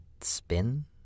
spin